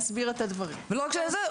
לא רק זה,